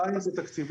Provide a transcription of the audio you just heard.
200 זה תקציבי.